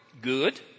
good